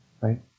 Right